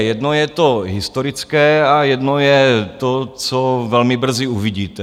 Jedno je to historické a jedno je to, co velmi brzy uvidíte.